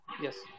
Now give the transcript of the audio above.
Yes